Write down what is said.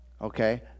okay